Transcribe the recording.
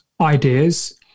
ideas